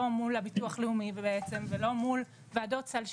לא מול הביטוח לאומי בעצם ולא מול ועדות סל שיקום,